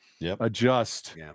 adjust